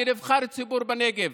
של נבחר ציבור בנגב.